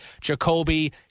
Jacoby